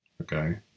Okay